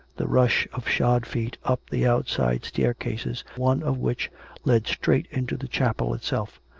the rush of shod feet up the outside staircases, one of which led straight into the chapel itself.